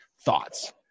thoughts